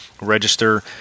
register